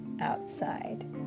outside